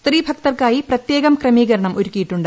സ്ത്രീ ഭക്തർക്കായി പ്രത്യേകം ക്രമീകരണം ഒരുക്കിയിട്ടുണ്ട്